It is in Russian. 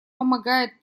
помогает